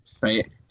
Right